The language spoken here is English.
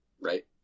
Right